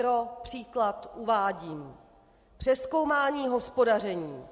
Pro příklad uvádím: Přezkoumání hospodaření.